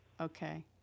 Okay